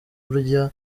burya